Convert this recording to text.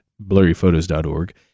Blurryphotos.org